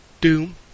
Doom